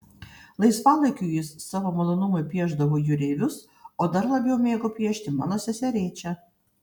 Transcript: laisvalaikiu jis savo malonumui piešdavo jūreivius o dar labiau mėgo piešti mano seserėčią